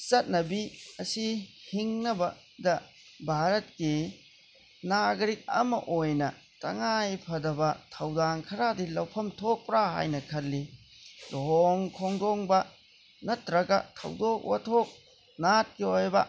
ꯆꯠꯅꯕꯤ ꯑꯁꯤ ꯍꯤꯡꯅꯕꯗ ꯚꯥꯔꯠꯀꯤ ꯅꯥꯒꯔꯤꯛ ꯑꯃ ꯑꯣꯏꯅ ꯇꯉꯥꯏ ꯐꯗꯕ ꯊꯧꯗꯥꯡ ꯈꯔꯗꯤ ꯂꯧꯐꯝ ꯊꯣꯛꯄ꯭ꯔꯥ ꯍꯥꯏꯅ ꯈꯜꯂꯤ ꯂꯨꯍꯣꯡ ꯈꯣꯡꯗꯣꯡꯕ ꯅꯠꯇ꯭ꯔꯒ ꯊꯧꯗꯣꯛ ꯋꯥꯊꯣꯛ ꯅꯥꯠꯀꯤ ꯑꯣꯏꯕ